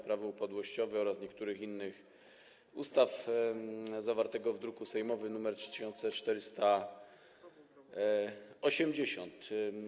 Prawo upadłościowe oraz niektórych innych ustaw zawartego w druku sejmowym nr 3480.